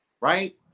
Right